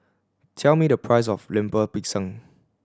tell me the price of Lemper Pisang